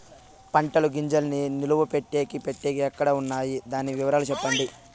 పంటల గింజల్ని నిలువ పెట్టేకి పెట్టేకి ఎక్కడ వున్నాయి? దాని వివరాలు సెప్పండి?